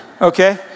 Okay